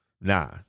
Nah